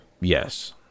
Yes